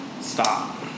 Stop